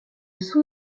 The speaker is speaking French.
sous